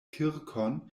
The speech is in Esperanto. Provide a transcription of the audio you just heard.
kirkon